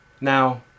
Now